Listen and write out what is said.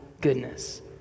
goodness